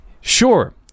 sure